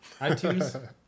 iTunes